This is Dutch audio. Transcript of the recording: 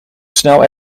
snel